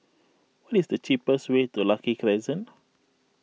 what is the cheapest way to Lucky Crescent